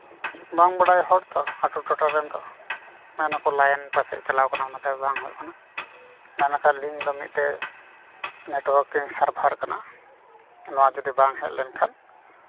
ᱵᱟᱝ ᱵᱟᱲᱟᱭ ᱦᱚᱲ ᱛᱚ ᱟᱛᱳ ᱴᱚᱴᱷᱟ ᱨᱮᱱ ᱦᱚᱲ ᱛᱚ ᱢᱮᱱ ᱟᱠᱚ ᱞᱟᱭᱤᱱ ᱯᱟᱥᱮᱡ ᱪᱟᱞᱟᱣ ᱚᱱᱟᱛᱮ ᱵᱟᱝ ᱦᱩᱭᱩᱜ ᱠᱟᱱᱟ ᱢᱮᱱ ᱞᱮᱠᱷᱟᱡ ᱞᱤᱝᱠ ᱫᱚ ᱢᱤᱫᱴᱮᱡ ᱱᱮᱴᱳᱟᱨᱠᱤᱝ ᱥᱟᱨᱵᱷᱟᱨ ᱠᱟᱱᱟ ᱱᱚᱣᱟ ᱡᱩᱫᱤ ᱵᱟᱝ ᱦᱮᱡ ᱞᱮᱱᱠᱷᱟᱱ